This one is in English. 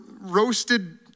roasted